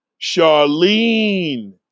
Charlene